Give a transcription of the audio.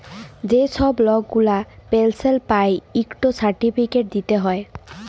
যে ছব লক গুলা পেলশল পায় ইকট সার্টিফিকেট দিতে হ্যয়